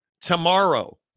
tomorrow